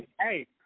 hey